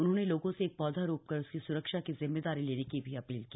उन्होंने लोगों से एक पौधा रोपकर उसकी सुरक्षा का जिम्मेदारी लेने की अपील की